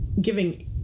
giving